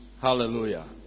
Hallelujah